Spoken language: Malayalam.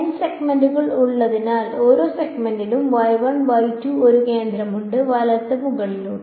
n സെഗ്മെന്റുകൾ ഉള്ളതിനാൽ ഓരോ സെഗ്മെന്റിനും ഒരു കേന്ദ്രമുണ്ട് വലത്തോട്ട് മുകളിലേക്ക്